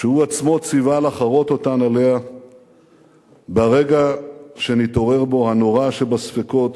שהוא עצמו ציווה לחרות אותן עליה ברגע שנתעורר בו הנורא שבספקות